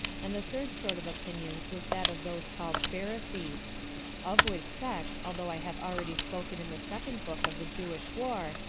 and the third sort of opinions was that of those called pharisees of which sects, although i have already spoken in the second book of the jewish war,